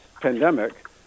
pandemic